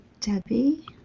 Debbie